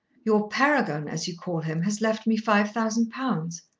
your paragon, as you call him, has left me five thousand pounds.